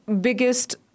biggest